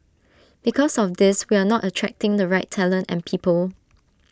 because of this we are not attracting the right talent and people